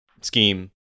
scheme